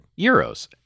euros